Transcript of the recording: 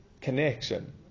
connection